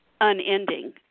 unending